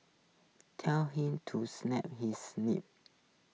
tell him to snap his lip